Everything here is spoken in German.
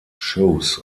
shows